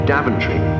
Daventry